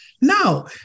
Now